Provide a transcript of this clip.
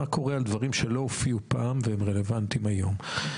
מה קורה עם דברים שלא הופיעו פעם והם רלוונטיים היום?